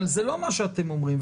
אבל זה לא מה שאתם אומרים,